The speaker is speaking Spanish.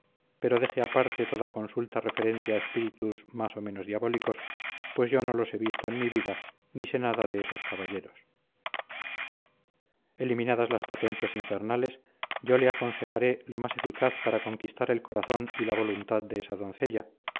pero deje aparte toda consulta referente a espíritus más o menos diabólicos pues yo no los he visto en mi vida ni sé nada de esos caballeros eliminadas las potencias infernales yo le aconsejaré lo más eficaz para conquistar el corazón y la voluntad de esa doncella